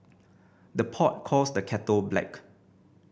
the pot calls the kettle black